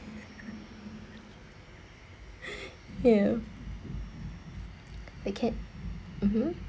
ya the cat (uh huh)